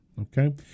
okay